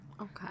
Okay